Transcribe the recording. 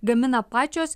gamina pačios